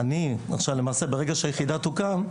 ברגע שהיחידה תוקם,